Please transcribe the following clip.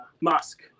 musk